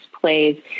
plays